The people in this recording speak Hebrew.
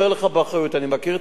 אני מכיר את המרכז הרפואי,